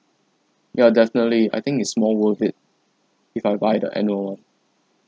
ya definitely I think it's more worth it if I buy the annual one